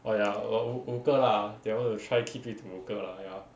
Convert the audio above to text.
oh ya err 五五个 lah they want to try keep it to 五个 lah ya